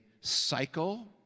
cycle